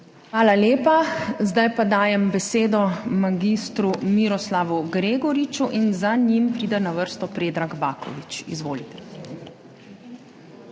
Hvala lepa. Zdaj pa dajem besedo mag. Miroslavu Gregoriču in za njim pride na vrsto Predrag Baković. Izvolite.